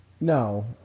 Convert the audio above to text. No